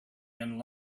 and